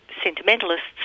sentimentalists